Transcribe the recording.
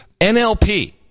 nlp